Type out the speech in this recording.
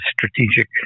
strategic